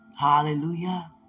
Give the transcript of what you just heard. Hallelujah